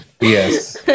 Yes